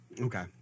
Okay